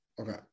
Okay